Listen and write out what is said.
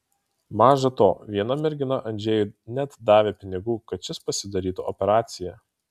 maža to viena mergina andžejui net davė pinigų kad šis pasidarytų operaciją